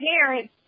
parents